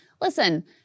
listen